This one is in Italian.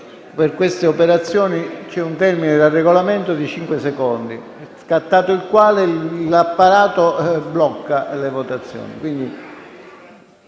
per queste operazioni c'è un termine, da Regolamento, di cinque secondi, scattato il quale l'apparato blocca le votazioni.